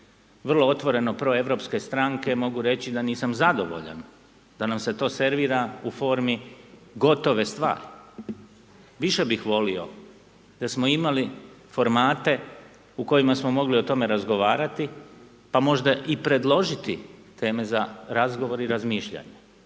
vrlo otvoreno proeuropske stranke mogu reći da nisam zadovoljan, da nam se to servira u formi gotove stvari. Više bih volio da smo imali formate u kojima smo mogli o tome razgovarati pa možda i predložiti teme za razgovor i razmišljanje,